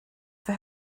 for